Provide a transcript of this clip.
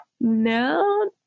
no